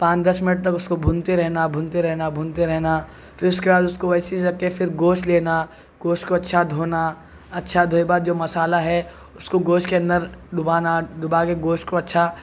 پانچ دس منٹ تک اس کو بھونتے رہنا بھونتے رہنا بھونتے رہنا پھر اس کے بعد اس کو ایسی ہی رکھ کے پھر گوشت لینا گوشت کو اچھا دھونا اچھا دھوئے بعد جو مصالحہ ہے اس کو گوشت کے اندر ڈبونا ڈبو کے گوشت کو اچھا